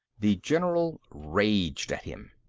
the general raged at him.